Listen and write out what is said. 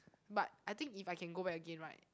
but I think if I can go back again right